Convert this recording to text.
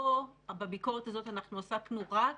פה, בביקורת הזאת, עסקנו רק